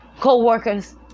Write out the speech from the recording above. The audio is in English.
co-workers